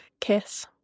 kiss